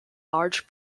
large